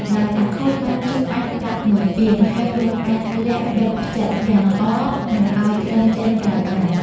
ដោយអាខូចបានជុះអាចម៏ដាក់១ពាង ហើយយកអាចម៏ល័ក្ខបិទភ្ចិតយ៉ាងល្អមិនឱ្យក្លិនចេញក្រៅបាន។